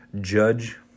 judge